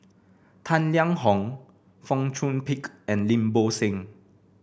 Tang Liang Hong Fong Chong Pik and Lim Bo Seng